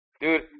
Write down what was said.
Dude